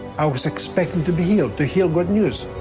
i was expecting to be healed. to hear good news.